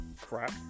crap